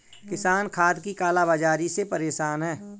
किसान खाद की काला बाज़ारी से परेशान है